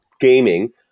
gaming